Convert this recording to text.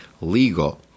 Legal